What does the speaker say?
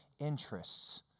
interests